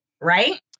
right